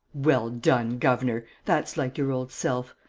well done, governor! that's like your old self.